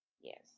Yes